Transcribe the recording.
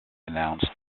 announced